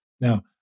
Now